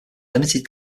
limited